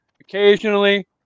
occasionally